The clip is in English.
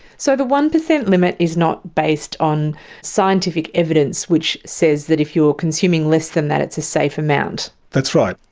so the one percent limit is not based on scientific evidence which says that if you are consuming less than that, it's a safe amount? that's right.